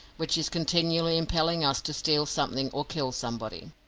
which is continually impelling us to steal something or kill somebody.